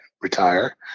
retire